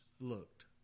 looked